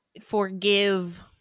forgive